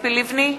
ציפי לבני,